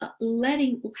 letting